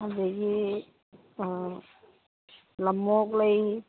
ꯑꯗꯒꯤ ꯑꯥ ꯂꯝꯃꯣꯛ ꯂꯩ